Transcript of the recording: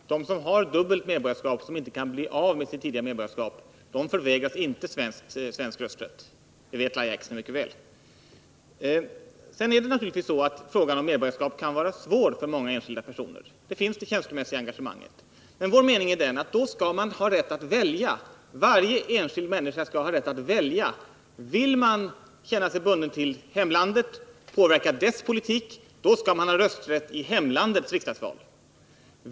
Fru talman! De som har dubbelt medborgarskap därför att de inte kan bli av med sitt tidigare medborgarskap förvägras inte svensk rösträtt, det vet Lahja Exner mycket väl. Sedan är det naturligtvis så att frågan om medborgarskap kan vara svår för många enskilda personer. Där finns det känslomässiga engagemanget. Men vår mening är den att då skall man ha rätt att välja. Varje enskild människa skall ha den rätten. Vill man känna sig bunden till hemlandet och vill man påverka dess politik, då skall man ha rösträtt i hemlandets riksdagsval.